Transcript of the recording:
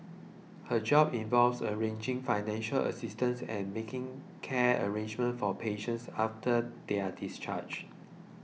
her job involves arranging financial assistance and making care arrangements for patients after they are discharged